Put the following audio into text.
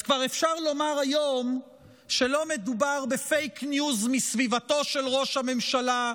אז כבר אפשר לומר היום שלא מדובר בפייק-ניוז מסביבתו של ראש הממשלה,